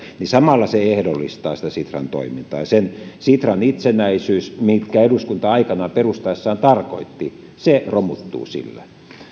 niin samalla se ehdollistaa sitä sitran toimintaa ja se sitran itsenäisyys mitä eduskunta aikanaan sitä perustaessaan tarkoitti romuttuu silloin